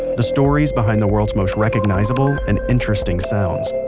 the stories behind the world's most recognizable and interesting sounds.